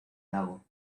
lago